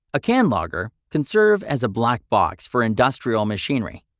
a can logger can serve as a blackbox for industrial machinery,